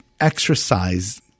exercise